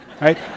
Right